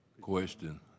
Question